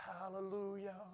hallelujah